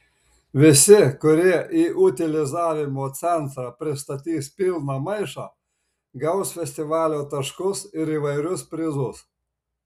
visi kurie į utilizavimo centrą pristatys pilną maišą gaus festivalio taškus ir įvairius prizus